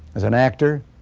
as an actor,